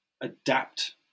adapt